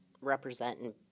representing